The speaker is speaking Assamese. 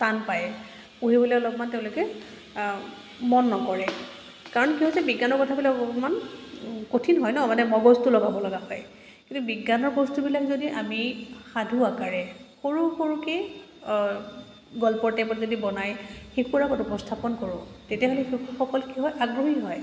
টান পায় পঢ়িবলৈ অলপমান তেওঁলোকে মন নকৰে কাৰণ সিহঁতে বিজ্ঞানৰ কথাবিলাক অলপমান কঠিন হয় ন মানে মগজটো লগাব লগা হয় কিন্তু বিজ্ঞানৰ বস্তুবিলাক যদি আমি সাধু আকাৰে সৰু সৰুকৈ গল্পৰ টাইপত যদি বনায় শিশুৰ আগত উপস্থাপন কৰোঁ তেতিয়াহ'লে শিশুসকল কি হয় আগ্ৰহী হয়